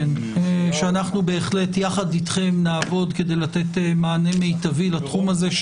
אנחנו בהחלט נעבוד יחד אתכם כדי לתת מענה מיטבי לתחום הזה,